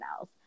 else